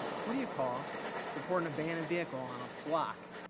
who do you call to report an abandoned vehicle on a block.